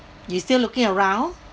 you still looking around